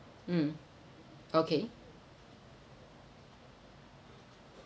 mm okay